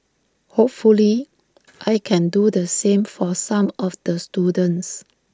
hopefully I can do the same for some of the students